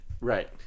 right